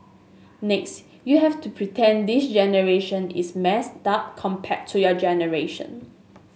next you have to pretend this generation is messed up compared to your generation